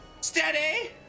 Steady